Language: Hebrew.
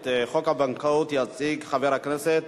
את חוק הבנקאות (תיקוני חקיקה) יציג חבר הכנסת